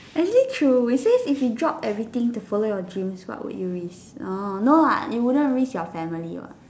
actually true they say if you drop everything what would you risk no what you wouldn't risk your family what